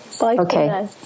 okay